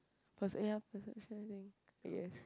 perc~ ya perception I think I guess